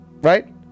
right